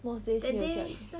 most days 没有下雨